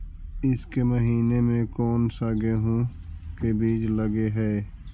ईसके महीने मे कोन सा गेहूं के बीज लगे है?